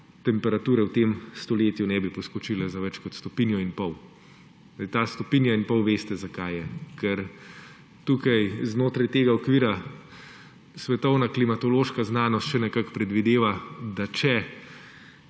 temperature v tem stoletju ne bi poskočile za več kot stopinjo in pol. Ta stopinja in pol veste, zakaj je – ker tukaj znotraj tega okvira svetovna klimatološka znanost še nekako predvideva, da če